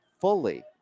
fully